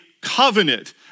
covenant